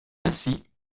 aussi